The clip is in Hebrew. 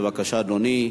בבקשה, אדוני.